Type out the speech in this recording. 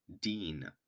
Dean